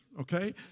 okay